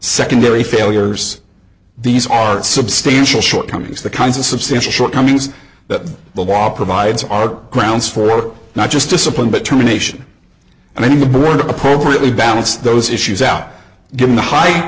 secondary failures these are substantial shortcomings the kinds of substantial shortcomings that the law provides are grounds for not just discipline but termination and then the board appropriately balance those issues out given the heigh